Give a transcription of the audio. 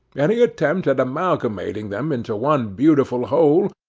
any attempt at amalgamating them into one beautiful whole,